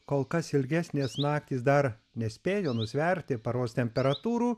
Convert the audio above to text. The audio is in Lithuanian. kol kas ilgesnės naktys dar nespėjo nusverti paros temperatūrų